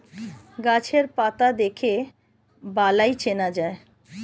গাছের পাতা দেখে বালাই চেনা যায়